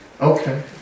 Okay